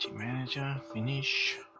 manager. finish.